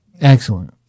Excellent